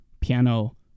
piano